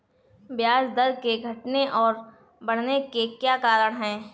ब्याज दर के घटने और बढ़ने के क्या कारण हैं?